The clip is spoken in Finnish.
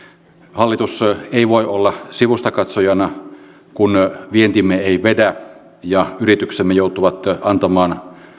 hallitus ei voi olla sivustakatsojana kun vientimme ei vedä ja yrityksemme joutuvat antamaan